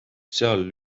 seal